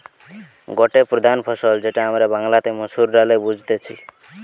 গটে প্রধান ফসল যেটা আমরা বাংলাতে মসুর ডালে বুঝতেছি